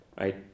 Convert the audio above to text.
right